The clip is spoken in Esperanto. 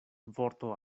vorto